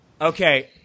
Okay